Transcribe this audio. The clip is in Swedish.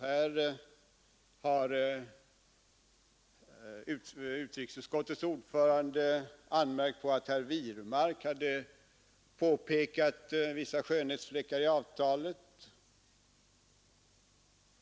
Här har utrikesutskottets ordförande anmärkt på att herr Wirmark hade pekat på vissa skönhetsfläckar i avtalet.